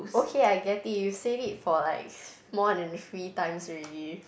okay I get it you said it for like more than three times already